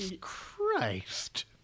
Christ